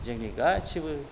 जोंनि गासिबो